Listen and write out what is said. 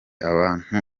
abantu